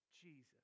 Jesus